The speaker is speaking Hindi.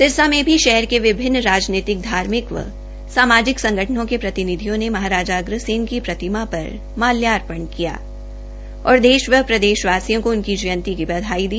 सिरसा में भी शहर के विभिन्नद राजनीतिक धार्मिक व सामाजिक संगठनों के प्रतिनिधियों ने महाराजा अग्रसेन की प्रतिमा पर माल्यार्पण किया और देश व प्रदेशवासियों को उनकी जयंतीद की बधाई दी